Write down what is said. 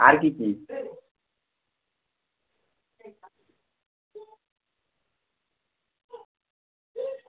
আর কী কী